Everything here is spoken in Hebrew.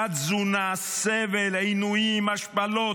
תת-תזונה, סבל, עינויים, השפלות,